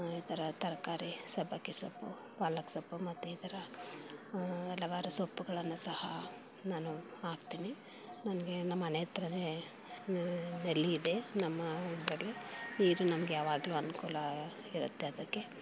ಈ ಥರ ತರಕಾರಿ ಸಬ್ಬಕ್ಕಿ ಸೊಪ್ಪು ಪಾಲಕ್ ಸೊಪ್ಪು ಮತ್ತು ಈ ಥರ ಹಲವಾರು ಸೊಪ್ಪುಗಳನ್ನೂ ಸಹ ನಾನು ಹಾಕ್ತೀನಿ ನನಗೆ ನಮ್ಮನೆ ಹತ್ರನೇ ನಲ್ಲಿ ಇದೆ ನಮ್ಮ ಇದರಲ್ಲಿ ನೀರು ನಮಗೆ ಯಾವಾಗಲೂ ಅನುಕೂಲ ಇರುತ್ತೆ ಅದಕ್ಕೆ